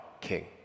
king